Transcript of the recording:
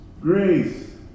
Grace